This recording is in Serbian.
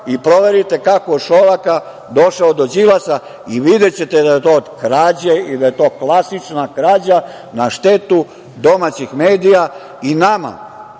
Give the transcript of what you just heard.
i proverite kako je od Šolaka došao do Đilasa i videćete da je to od krađe i da je to klasična krađa na štetu domaćih medija. Nama